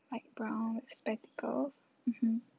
light brown spectacles mmhmm